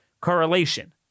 correlation